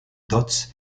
dots